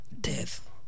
death